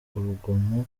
urugomo